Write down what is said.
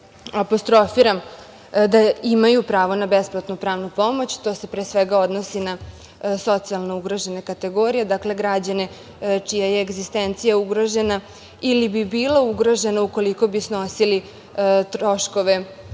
da imaju pravo na besplatnu pravnu pomoć. To se pre svega odnosi na socijalno ugrožene kategorije, dakle građane čija je egzistencija ugrožena ili bi bila ugrožena ukoliko bi smo snosili troškove